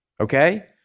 okay